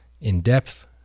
in-depth